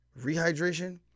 rehydration